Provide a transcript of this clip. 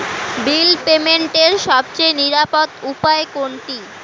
বিল পেমেন্টের সবচেয়ে নিরাপদ উপায় কোনটি?